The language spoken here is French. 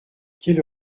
quelle